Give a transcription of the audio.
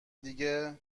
دیگه